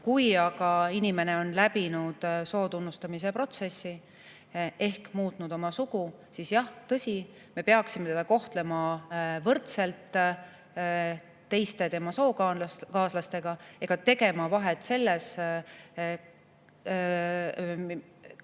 Kui aga inimene on läbinud soo tunnustamise protsessi ehk muutnud oma sugu, siis jah, tõsi, me peaksime teda kohtlema võrdselt teiste tema sookaaslastega ega tegema vahet ja teda erinevalt